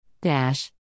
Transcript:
dash